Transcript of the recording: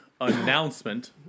announcement